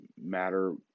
matter